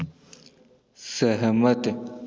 सहमत